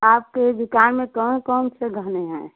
आपके दुकान में कौन कौन से गहने हैं